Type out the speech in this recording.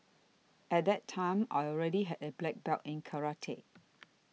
at that time I already had a black belt in karate